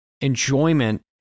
enjoyment